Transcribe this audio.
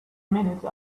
minute